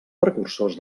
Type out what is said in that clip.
precursors